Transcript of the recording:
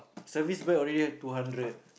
service bike already two hundred